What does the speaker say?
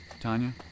Tanya